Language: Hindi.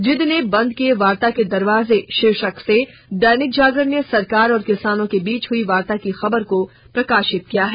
जिद ने बंद किए वार्ता के दरवाजे शीर्षक से दैनिक जागरण ने सरकार और किसानों के बीच हई वार्ता की खबर को प्रकाशित किया है